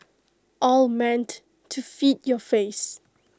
all meant to feed your face